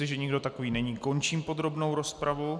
Jestliže nikdo takový není, končím podrobnou rozpravu.